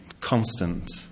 constant